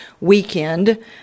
weekend